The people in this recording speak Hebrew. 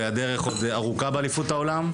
הדרך עוד ארוכה באליפות העולם.